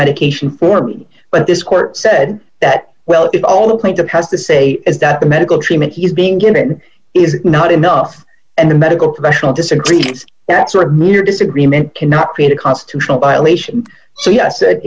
medication for me but this court said that well it all the point that has to say is that the medical treatment he's being given is not enough and the medical professional disagrees that sort of mere disagreement cannot create a constitutional violation so yes